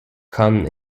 conn